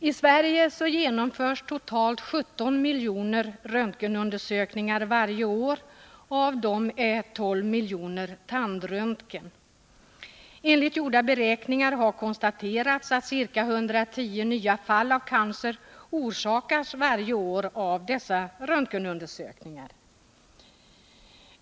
I Sverige genomförs totalt 17 miljoner röntgenundersökningar varje år och av dem är 12 miljoner tandröntgen. Enligt gjorda beräkningar orsakas ca 110 nya fall av cancer varje år av dessa undersökningar.